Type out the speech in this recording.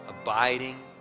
abiding